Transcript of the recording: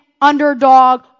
underdog